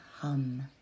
hum